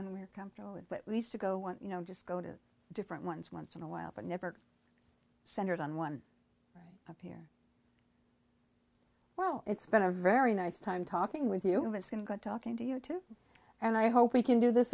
when we're comfortable with what we used to go on you know just go to different ones once in a while but never centered on one of here well it's been a very nice time talking with you it's been good talking to you too and i hope we can do this